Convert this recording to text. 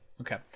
Okay